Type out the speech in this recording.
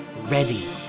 ready